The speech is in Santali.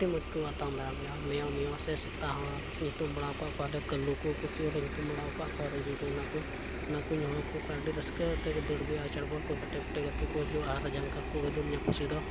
ᱟᱹᱰᱤ ᱢᱚᱡᱽ ᱠᱚ ᱟᱛᱟᱝ ᱫᱟᱨᱟᱢᱤᱧᱟ ᱢᱮᱭᱚᱝ ᱢᱮᱭᱚᱝ ᱥᱮ ᱥᱮᱛᱟ ᱦᱚᱸ ᱧᱩᱛᱩᱢ ᱵᱟᱲᱟ ᱠᱚᱣᱟᱞᱮ ᱠᱟᱹᱞᱩ ᱠᱚ ᱯᱩᱥᱤ ᱦᱚᱞᱮ ᱧᱩᱛᱩᱢ ᱵᱟᱲᱟ ᱟᱠᱟᱫ ᱠᱚᱣᱟ ᱨᱟᱹᱡᱩ ᱠᱚ ᱚᱱᱟᱠᱚᱧ ᱦᱚᱦᱚ ᱟᱠᱚ ᱠᱷᱟᱱ ᱟᱹᱰᱤ ᱨᱟᱹᱥᱠᱟᱹ ᱟᱛᱮᱫ ᱠᱚ ᱫᱟᱹᱲ ᱟᱹᱜᱩᱭᱟ ᱪᱟᱰᱵᱚᱞ ᱠᱚ ᱯᱷᱮᱴᱮ ᱯᱷᱮᱴᱮ ᱠᱟᱛᱮᱫ ᱠᱚ ᱦᱤᱡᱩᱜᱼᱟ ᱟᱨ ᱡᱟᱸᱜᱟ ᱠᱚ ᱜᱟᱹᱫᱩᱨᱤᱧᱟ ᱯᱩᱥᱤ ᱫᱚ